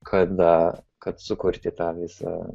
kada kad sukurti tą visą